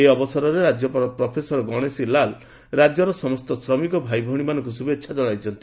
ଏହି ଅବସରରେ ରାକ୍ୟପାଳ ପ୍ରଫେସର ଗଶେଶୀ ଲାଲ ରାକ୍ୟର ସମସ୍ତ ଶ୍ରମିକ ଭାଇଭଉଣୀ ମାନଙ୍କୁ ଶୁଭେଛା ଜଶାଇଛନ୍ତି